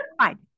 fine